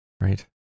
right